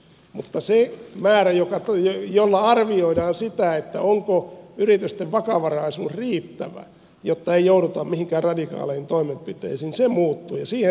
mutta se tunnusluku jolla arvioidaan onko yritysten vakavaraisuus riittävä jotta ei jouduta mihinkään radikaaleihin toimenpiteisiin muuttuu ja siihen tässä pyritään